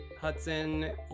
Hudson